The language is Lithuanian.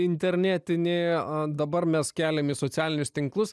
internetinį o dabar mes keliam į socialinius tinklus